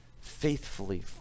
faithfully